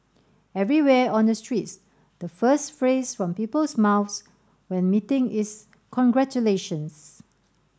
everywhere on the streets the first phrase from people's mouths when meeting is congratulations